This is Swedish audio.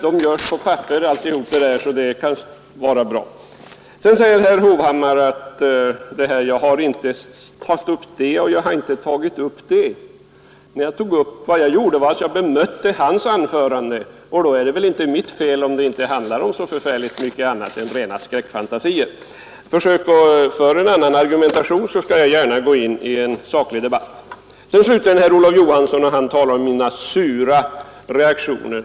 Herr Hovhammar sade att jag inte tog upp det och inte det. Vad jag gjorde var att bemöta herr Hovhammars anförande, och då är det väl inte mitt fel om det inte blev tal om så förfärligt mycket annat än rena skräckfantasier. Försök att föra en annan argumentation, så skall jag gärna gå in i en saklig debatt. Herr Olof Johansson i Stockholm talade om mina sura reaktioner.